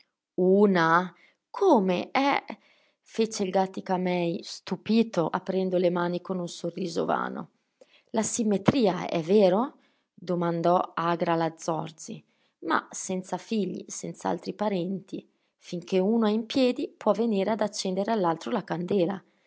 come eh fece il gàttica-mei stupito aprendo le mani con un sorriso vano la simmetria è vero domandò agra la zorzi ma senza figli senz'altri parenti finché uno è in piedi può venire ad accendere all'altro la candela